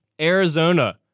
Arizona